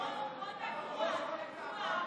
פה תקוע, תקוע.